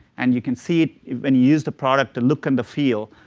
and you can see when you use the product, the look and the feel